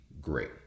great